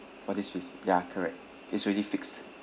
for this feast ya correct is already fixed